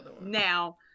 Now